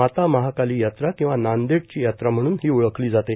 माता महाकाली यात्रा किंवा नांदेडची यात्रा म्हणूनही ओळखली जाते